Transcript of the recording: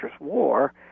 war